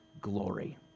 glory